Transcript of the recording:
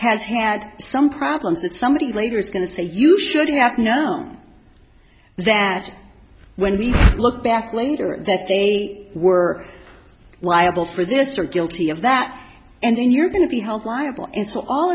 has had some problems that somebody later is going to say you should have known that when we look back lenders that they were liable for this are guilty of that and you're going to be held liable a